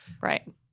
Right